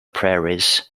prairies